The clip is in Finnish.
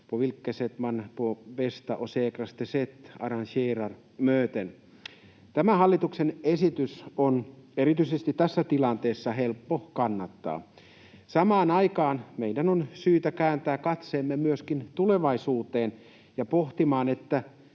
Tätä hallituksen esitystä on helppo kannattaa erityisesti tässä tilanteessa. Samaan aikaan meidän on syytä kääntää katseemme myöskin tulevaisuuteen ja pohtia, miten